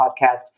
podcast